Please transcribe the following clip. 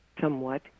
somewhat